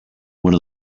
one